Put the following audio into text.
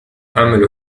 أعمل